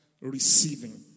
receiving